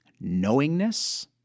knowingness